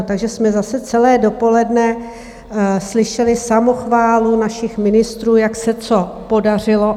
Takže jsme zase celé dopoledne slyšeli samochválu našich ministrů, jak se co podařilo.